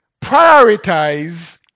prioritize